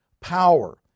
power